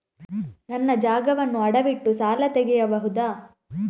ನನ್ನ ಜಾಗವನ್ನು ಅಡವಿಟ್ಟು ಸಾಲ ತೆಗೆಯಬಹುದ?